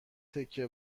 تکه